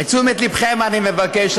את תשומת לבכם אני מבקש.